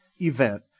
event